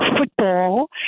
football